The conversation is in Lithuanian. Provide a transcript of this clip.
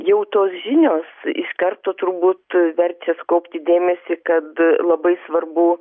jau tos žinios iš karto turbūt verčia sukaupti dėmesį kad labai svarbu